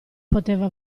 poteva